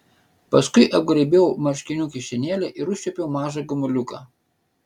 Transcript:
paskui apgraibiau marškinių kišenėlę ir užčiuopiau mažą gumuliuką